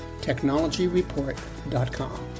technologyreport.com